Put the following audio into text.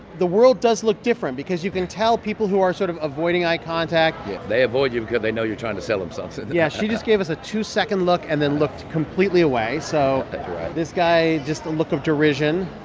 the world does look different because you can tell people who are sort of avoiding eye contact they avoid you because they know you're trying to sell them something yeah. she just gave us a two-second look and then looked completely away. so this guy just a look of derision.